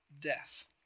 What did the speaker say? death